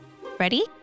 Ready